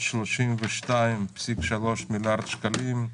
432.3 מיליארד שקלים.